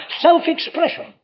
Self-expression